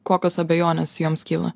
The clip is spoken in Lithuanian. kokios abejonės joms kyla